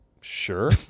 Sure